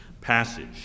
passage